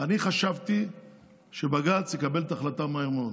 אני חשבתי שבג"ץ יקבל את ההחלטה מהר מאוד,